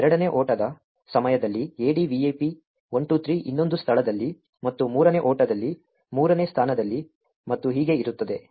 ಎರಡನೇ ಓಟದ ಸಮಯದಲ್ಲಿ ADVAP123 ಇನ್ನೊಂದು ಸ್ಥಳದಲ್ಲಿ ಮತ್ತು ಮೂರನೇ ಓಟದಲ್ಲಿ ಮೂರನೇ ಸ್ಥಾನದಲ್ಲಿ ಮತ್ತು ಹೀಗೆ ಇರುತ್ತದೆ